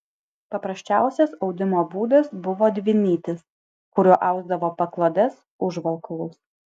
paprasčiausias audimo būdas buvo dvinytis kuriuo ausdavo paklodes užvalkalus